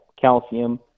calcium